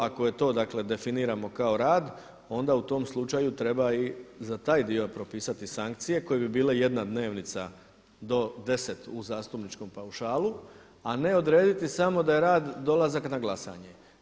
Ako to dakle definiramo kao rad, onda u tom slučaju treba i za taj dio propisati sankcije koje bi bile jedna dnevnica do deset u zastupničkom paušalu a ne odrediti samo da je rad dolazak na glasanje.